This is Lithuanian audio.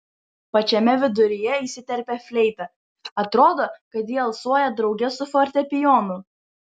pačiame viduryje įsiterpia fleita atrodo kad ji alsuoja drauge su fortepijonu